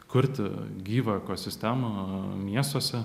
kurti gyvą ekosistemą miestuose